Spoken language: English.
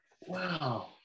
Wow